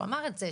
הוא אמר את זה,